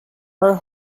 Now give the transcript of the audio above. her